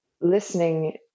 listening